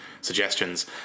suggestions